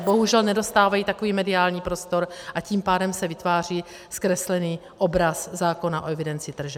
Bohužel nedostávají takový mediální prostor, a tím pádem se vytváří zkreslený obraz zákona o evidenci tržeb.